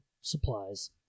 Supplies